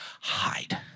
hide